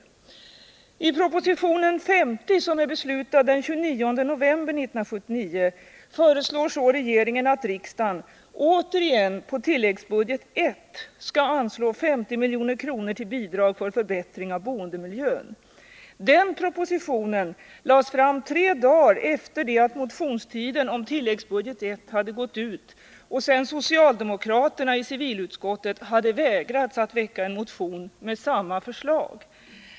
I proposition nr 50, beslutad den 29 november 1979, föreslår så regeringen att riksdagen, återigen på tilläggsbudget I, skall anslå 50 milj.kr. till bidrag för förbättring av boendemiljön. Denna proposition lades fram tre dagar efter det att motionstiden beträffande tilläggsbudget I hade gått ut och sedan socialdemokraterna i civilutskottet hade vägrats att väcka en motion med samma förslag.